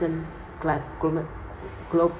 recent